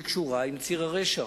לשלטון, והוא קשור לציר הרשע,